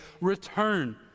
Return